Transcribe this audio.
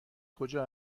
کجا